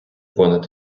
понад